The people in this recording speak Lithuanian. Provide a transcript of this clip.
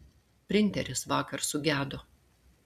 printeris vakar sugedo